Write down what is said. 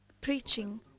preaching